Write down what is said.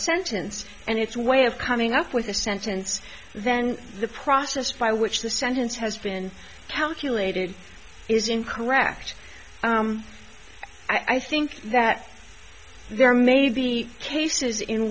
sentence and it's a way of coming up with a sentence then the process by which the sentence has been calculated is incorrect i think that there may be cases in